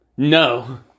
No